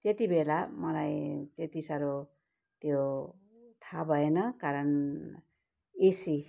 त्यति बेला मलाई त्यति साह्रो त्यो थाहा भएन कारण एसी